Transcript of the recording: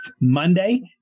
Monday